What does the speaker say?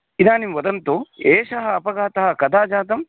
इदानीं वदन्तु एषः अपघातः कदा जातः